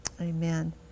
Amen